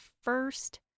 first